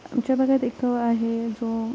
आमच्या भागात एक आहे जो